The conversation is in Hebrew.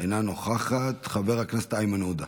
אינה נוכחת, חבר הכנסת איימן עודה,